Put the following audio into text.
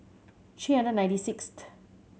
three hundred and ninety sixth